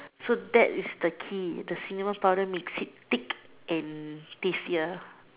so that is the key the cinnamon powder makes it thick and tastier